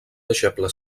deixeble